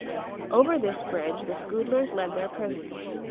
over this bridge the scoodlers led their prisoners,